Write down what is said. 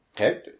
Okay